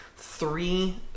three